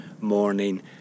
morning